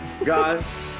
Guys